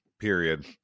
period